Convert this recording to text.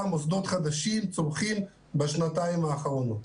מוסדות חדשים צומחים בשנתיים האחרונות.